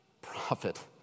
profit